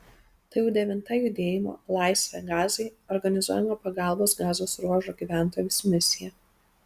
tai jau devinta judėjimo laisvę gazai organizuojama pagalbos gazos ruožo gyventojams misija